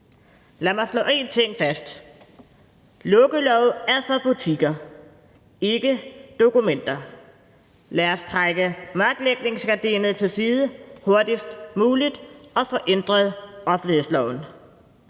Lad mig slå én ting fast: Lukkeloven er for butikker, ikke dokumenter. Lad os trække mørklægningsgardinet til side hurtigst muligt og få ændret offentlighedsloven.